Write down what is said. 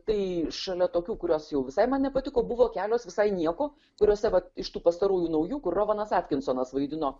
tai šalia tokių kurios jau visai man nepatiko buvo kelios visai nieko kuriose vat iš tų pastarųjų naujų kur rovanas atkinsonas vaidino